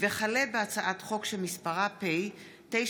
הצעת חוק לתיקון פקודת